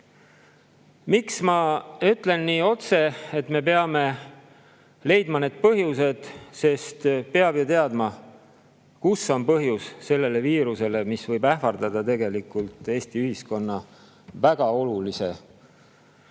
Miks ma ütlen nii otse, et me peame leidma need põhjused? Sellepärast, et peab ju teadma, kus on põhjus sellele viirusele, mis võib ähvardada Eesti ühiskonda väga olulise